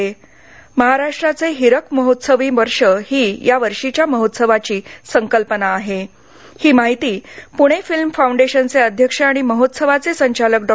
महाराष्ट्राचे हिरक महोत्सवी वर्ष ही या वर्षीच्या महोत्सवाची संकल्पना आहे अशी माहिती पुणे फिल्म फाउंडेशनचे अध्यक्ष आणि महोत्सवाचे संचालक डॉ